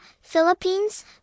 Philippines